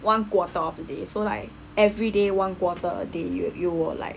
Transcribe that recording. one quarter of the day so like everyday one quarter a day you will you will like